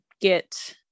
get